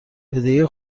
بدهی